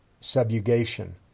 subjugation